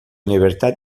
libertad